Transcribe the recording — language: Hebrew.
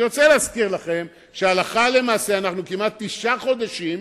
אני רוצה להזכיר לכם שהלכה למעשה כמעט תשעה חודשים,